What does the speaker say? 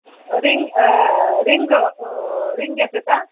ring ring ring ಎಸೆತ